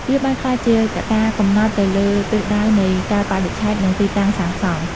វាបានក្លាយជាកត្តាកំណត់ទៅលើទិសដៅនៃកាលបរិច្ឆេទ និងទីតាំងសាងសង់។